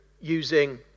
using